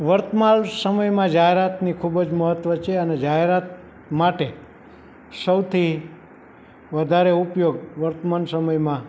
વર્તમાન સમયમાં જાહેરાતની ખૂબ જ મહત્ત્વ છે અને જાહેરાત માટે સૌથી વધારે ઉપયોગ વર્તમાન સમયમાં